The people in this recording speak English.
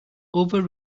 over